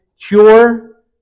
cure